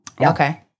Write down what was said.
okay